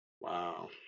Wow